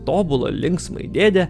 tobulą linksmąjį dėdę